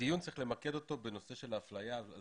את הדיון צריך למקד בנושא של האפליה על